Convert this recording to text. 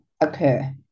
occur